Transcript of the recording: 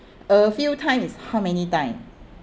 a few times is how many time